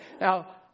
now